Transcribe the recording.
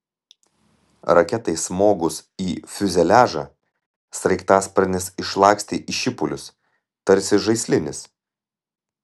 raketai smogus į fiuzeliažą sraigtasparnis išlakstė į šipulius tarsi žaislinis